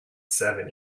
seven